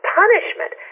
punishment